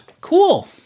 cool